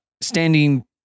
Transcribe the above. Standing